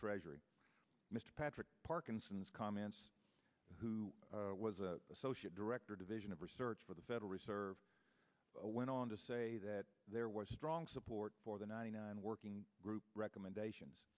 treasury mr patrick parkinsons comments who was a associate director division of research for the federal reserve went on to say that there was strong support for the ninety nine working group recommendations